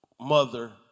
mother